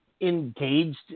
engaged